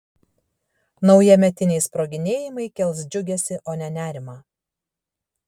naujametiniai sproginėjimai kels džiugesį o ne nerimą